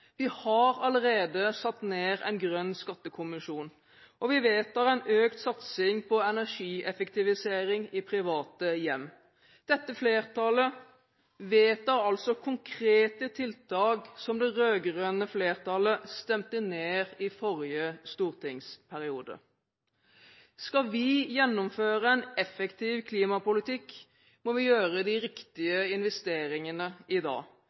Vi har allerede satt ned en grønn skattekommisjon, og vi vedtar økt satsing på energieffektivisering i private hjem. Dette flertallet vedtar altså konkrete tiltak som det rød-grønne flertallet stemte ned i forrige stortingsperiode. Skal vi gjennomføre en effektiv klimapolitikk, må vi gjøre de riktige investeringene i dag.